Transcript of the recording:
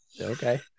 Okay